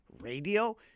Radio